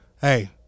Hey